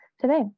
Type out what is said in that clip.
today